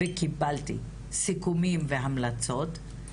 וקיבלתי סיכומים והמלצות.